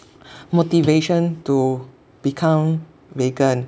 motivation to become vegan